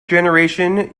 generation